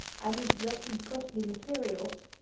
i must dress in costly materials.